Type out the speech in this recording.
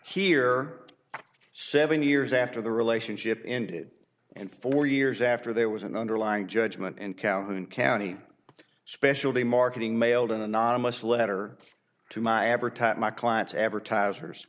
here seven years after the relationship ended and four years after there was an underlying judgement and callan county specialty marketing mailed an anonymous letter to my advertising my clients advertisers